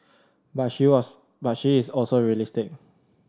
but she was but she is also realistic